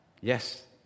yes